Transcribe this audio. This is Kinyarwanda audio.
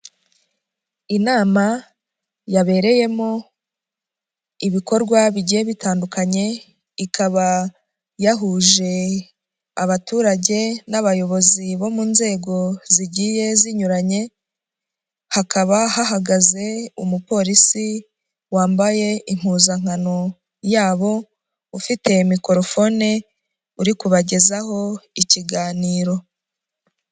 Inama yabereyemo ibikorwa bigiye bitandukanye, ikaba yahuje abaturage n'abayobozi bo mu nzego zigiye zinyuranye, hakaba hahagaze umupolisi wambaye impuzankano yabo, ufite mikorofone uri kubagezaho ikiganiro.